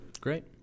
Great